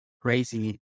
crazy